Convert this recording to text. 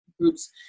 Groups